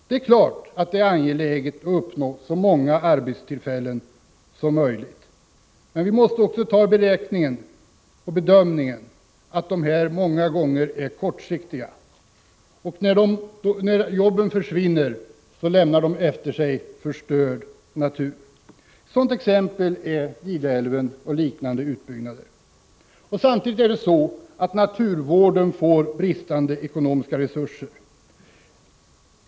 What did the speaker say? Det är klart att det är angeläget att uppnå så många arbetstillfällen som möjligt, men vi måste ta med i bedömningen att de många gånger är kortsiktiga. När jobben försvinner lämnar de efter sig förstörd natur. Exempel är Gideälven och liknande utbyggnader. Samtidigt ges naturvården bristande ekonomiska resurser.